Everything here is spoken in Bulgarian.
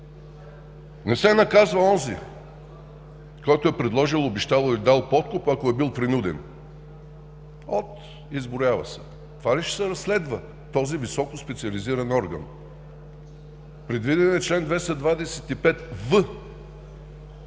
Не се наказва онзи, който е предложил, обещал или дал подкуп, ако е бил принуден от – изброява се. Това ли ще разследва този високо специализиран орган? Предвиден е чл. 225в,